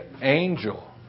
angel